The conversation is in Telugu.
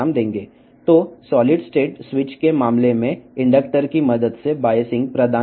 కాబట్టి ఘన స్థితి స్విచ్ల విషయంలో ఇండక్టర్ సహాయంతో బయాసింగ్ అందించబడుతుంది